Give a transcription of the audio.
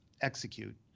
execute